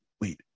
wait